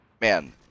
man